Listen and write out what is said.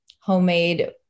homemade